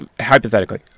hypothetically